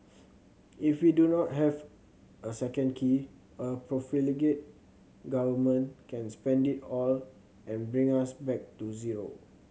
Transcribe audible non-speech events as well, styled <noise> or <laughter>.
<noise> if we do not have a second key a profligate Government can spend it all and bring us back to zero